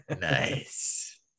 Nice